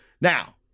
now